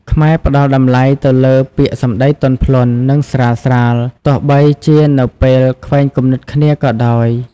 ខ្មែរផ្ដល់់តម្លៃទៅលើពាក្យសម្ដីទន់ភ្លន់ និងស្រាលៗ ទោះបីជានៅពេលខ្វែងគំនិតគ្នាក៏ដោយ។